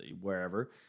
wherever